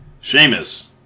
Sheamus